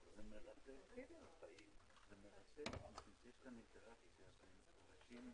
לא יועמד אדם לדין בשל מעשה שעשה בניגוד להוראות החוק העיקרי,